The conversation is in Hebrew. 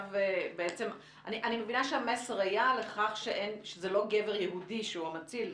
אני מבינה שהמסר היה לכך שזה לא גבר יהודי שהוא המציל,